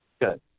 Good